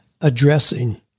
addressing